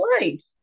life